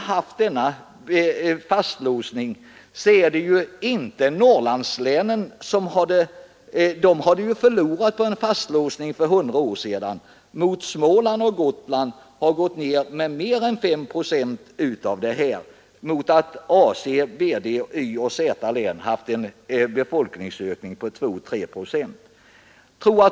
Norrlandslänen hade ju förlorat på en fastlåsning för 100 år sedan. Småland och Gotland har gått ner med mer än 5 procent, medan AC, BD, Y och Z län har haft en befolkningsökning med 2 å 3 procent.